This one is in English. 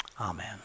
Amen